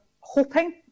hoping